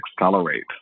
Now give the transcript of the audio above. accelerate